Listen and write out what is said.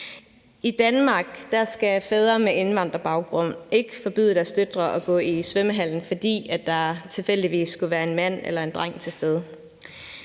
I Danmark skal fædre med indvandrerbaggrund ikke forbyde deres døtre at gå i svømmehallen, fordi der tilfældigvis skulle være en mand eller en dreng til stede.